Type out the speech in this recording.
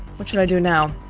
what should i do now?